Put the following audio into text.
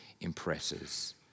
impresses